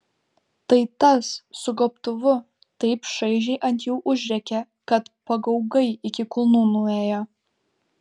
tai tas su gobtuvu taip šaižiai ant jų užrėkė kad pagaugai iki kulnų nuėjo